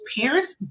parents